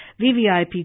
VVIP